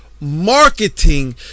marketing